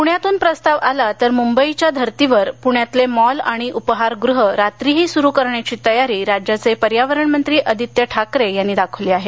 पुण्यातून प्रस्ताव आला तर मुंबईच्या धर्तीवर पुण्यातले मॉल आणि उपाहारगृह रात्रीही सुरू करण्याची तयारी राज्याचे पर्यावरण मंत्री आदित्य ठाकरे यांनी दाखवली आहे